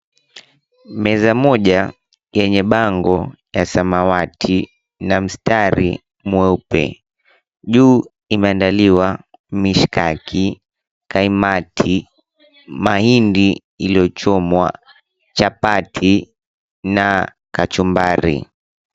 Meza moja yenye bango ya samawati na mstari mweupe juu imeandaliwa mishikaki, kaimati, mahindi iliyochomwa, chapati na kachumbari.